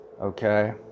Okay